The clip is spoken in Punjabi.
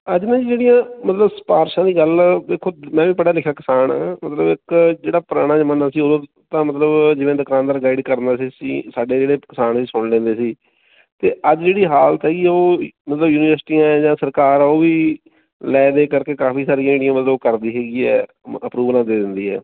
ਅੱਜ ਨਾ ਜੀ ਜਿਹੜੀਆਂ ਮਤਲਬ ਸਿਫਾਰਿਸ਼ਾਂ ਦੀ ਗੱਲ ਦੇਖੋ ਮੈਂ ਵੀ ਪੜ੍ਹਿਆ ਲਿਖਿਆ ਕਿਸਾਨ ਹਾਂ ਮਤਲਬ ਇੱਕ ਜਿਹੜਾ ਪੁਰਾਣਾ ਜ਼ਮਾਨਾ ਸੀ ਉਦੋਂ ਤਾਂ ਮਤਲਬ ਜਿਵੇਂ ਦੁਕਾਨਦਾਰ ਗਾਈਡ ਕਰਦਾ ਸੀ ਅਸੀਂ ਸਾਡੇ ਜਿਹੜੇ ਕਿਸਾਨ ਸੁਣ ਲੈਂਦੇ ਸੀ ਅਤੇ ਅੱਜ ਜਿਹੜੀ ਹਾਲਤ ਹੈ ਉਹ ਮਤਲਬ ਯੂਨੀਵਰਸਿਟੀਆਂ ਜਾਂ ਸਰਕਾਰ ਆ ਉਹ ਵੀ ਲੈ ਦੇ ਕਰਕੇ ਕਾਫ਼ੀ ਸਾਰੀਆਂ ਜਿਹੜੀਆਂ ਮਤਲਬ ਉਹ ਕਰਦੀ ਹੈਗੀ ਹੈ ਅਪਰੂਵਲਾਂ ਦੇ ਦਿੰਦੀ ਹੈ